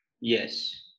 yes